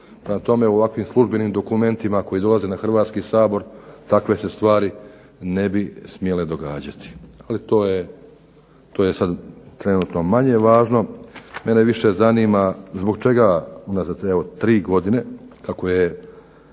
Prema tome, u ovakvim službenim dokumentima koji dolaze na Hrvatski sabor takve se stvari ne bi smjele događati ali, to je sad trenutno manje važno. Mene više zanima zbog čega unazad evo 3 godine kako je